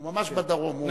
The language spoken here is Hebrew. הוא ממש בדרום,